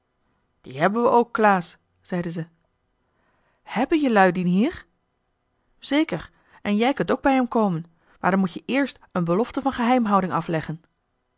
dien hebben we ook klaas zeiden ze hèbben jelui dien hier joh h been paddeltje de scheepsjongen van michiel de ruijter zeker en jij kunt ook bij hem komen maar dan moet-je eerst een belofte van geheimhouding afleggen